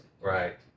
Right